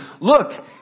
look